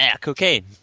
cocaine